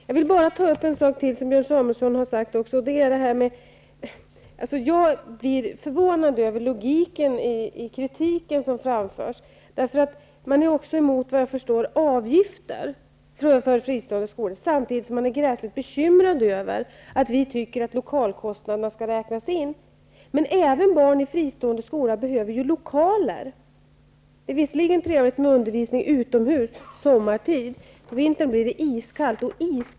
Jag vill ta upp ytterligare en sak som Björn Samuelson har sagt. Jag är förvånad över logiken i den kritik som framförs. Såvitt jag förstår är man emot avgifter för fristående skolor, samtidigt som man är gräsligt bekymrad över att vi tycker att lokalkostnaderna skall räknas in. Men även barn i fristående skolor behöver lokaler. Det är visserligen trevligt med undervisning utomhus sommartid, men på vintern blir det iskallt.